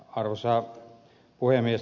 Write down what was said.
arvoisa puhemies